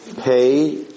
pay